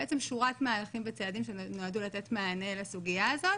בעצם שורת מהלכים וצעדים שנועדו לתת מענה לסוגיה הזאת